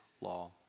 law